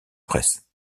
presse